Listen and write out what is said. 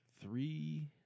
three